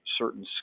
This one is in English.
certain